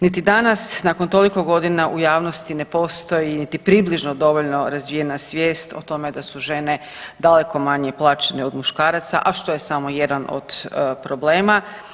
Niti danas nakon toliko godina u javnosti ne postoji niti približno dovoljno razvijena svijest o tome da su žene daleko manje plaćene od muškaraca, a što je samo jedan od problema.